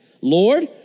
Lord